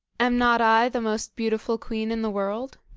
am not i the most beautiful queen in the world?